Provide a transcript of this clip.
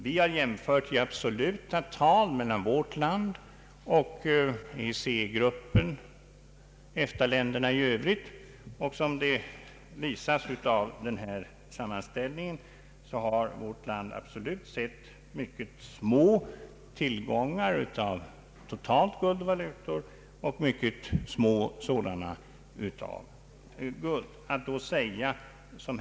Vi har jämfört i absoluta tal mellan vårt land och EEC gruppen och EFTA-länderna i övrigt, och såsom visas av sammanställningen i utlåtandet har vårt land totalt sett mycket små tillgångar av guld och valutor totalt och mycket små sådana av guld.